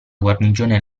guarnigione